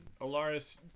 alaris